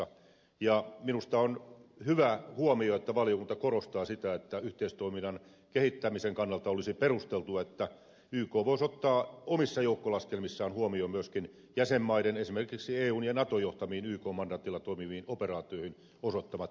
minusta on hyvä huomio että valiokunta korostaa sitä että yhteistoiminnan kehittämisen kannalta olisi perusteltua että yk voisi ottaa omissa joukkolaskelmissaan huomioon myöskin jäsenmaiden esimerkiksi eun ja naton johtamiin ykn mandaatilla toimiviin operaatioihin osoittavat voimavarat